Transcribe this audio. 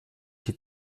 die